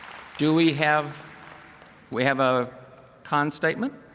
do we have we have a con statement?